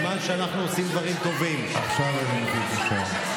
עכשיו נבטל את החקיקה.